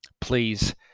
Please